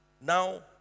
Now